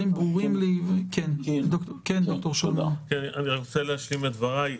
אני רוצה להשלים את דבריי.